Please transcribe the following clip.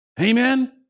Amen